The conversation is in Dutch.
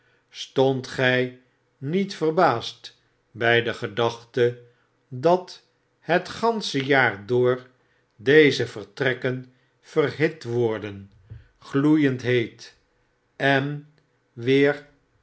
stondt gjj niet verbaasd bii de gedachte dat het gansche jaar door deze vertrekken verhit worden gloeiend heet en weer